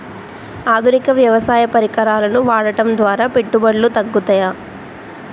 ఆధునిక వ్యవసాయ పరికరాలను వాడటం ద్వారా పెట్టుబడులు తగ్గుతయ?